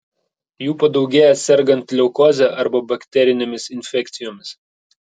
jų padaugėja sergant leukoze arba bakterinėmis infekcijomis